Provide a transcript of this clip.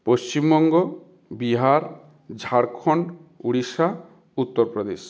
Paschimbanga Bihar Jharkhand Orissa Uttar Pradesh